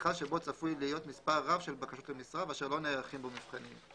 במכרז שבו צפוי להיות מספר רב של בקשות למשרה ואשר לא נערכים בו מבחנים.